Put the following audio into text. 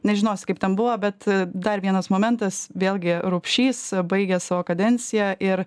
nežinosi kaip ten buvo bet dar vienas momentas vėlgi rupšys baigė savo kadenciją ir